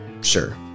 sure